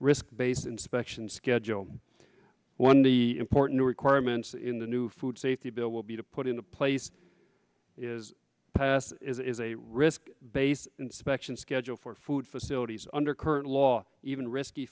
risk based inspections schedule one the important requirements in the new food safety bill will be to put into place is passed is a risk based inspection schedule for food facilities under current law even risky